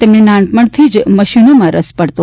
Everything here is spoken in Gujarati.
તેમણે નાનપણથી જ મશીનોમાં રસ પડતો